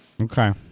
Okay